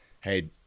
Hey